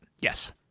Yes